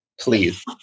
Please